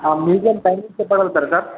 ఆ museum timings చెప్పగలుగుతారా sir